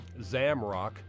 Zamrock